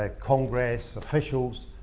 ah congress officials,